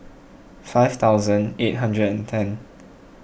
five thousand eight hundred and ten